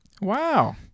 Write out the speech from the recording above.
Wow